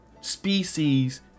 species